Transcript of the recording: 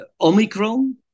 Omicron